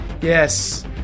Yes